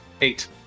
Eight